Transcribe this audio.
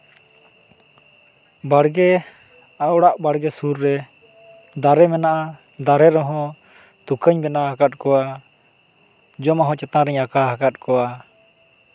ᱵᱟᱲᱜᱮ ᱟᱨ ᱚᱲᱟᱜ ᱵᱟᱲᱜᱮ ᱥᱩᱨ ᱨᱮ ᱫᱟᱨᱮ ᱢᱮᱱᱟᱜᱼᱟ ᱫᱟᱨᱮ ᱨᱮᱦᱚᱸ ᱛᱩᱠᱟᱹᱧ ᱵᱮᱱᱟᱣ ᱟᱠᱟᱫ ᱠᱚᱣᱟ ᱡᱚᱢᱟᱜ ᱦᱚᱸ ᱪᱮᱛᱟᱱ ᱨᱤᱧ ᱟᱠᱟ ᱟᱠᱟᱫ ᱠᱚᱣᱟ